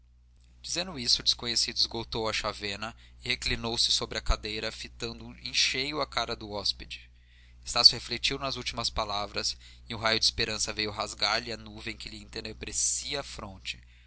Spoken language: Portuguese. isto o desconhecido esgotou a chávena e reclinou-se sobre a cadeira fitando em cheio a cara do hóspede estácio refletiu nas últimas palavras e um raio de esperança veio rasgar lhe a nuvem que lhe entenebrecia a fronte